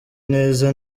neza